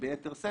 ביתר שאת.